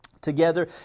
Together